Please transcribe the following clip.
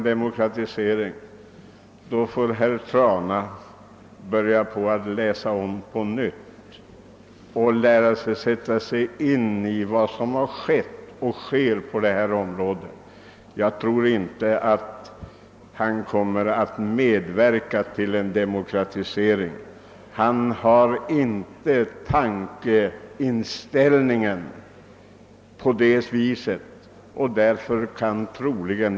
mokratisering till stånd måste han börja läsa på nytt och sätta sig in i vad som skett och sker på detta område. Jag tror inte att han kommer att medverka till en demokratisering, ty han har inte den inställning som krävs.